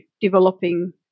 developing